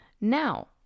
Now